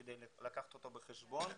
כדי לקחת אותו בחשבון,